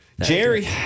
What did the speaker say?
Jerry